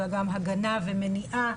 אלא גם הגנה ומניעה,